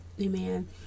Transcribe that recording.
Amen